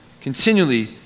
continually